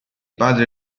padre